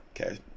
okay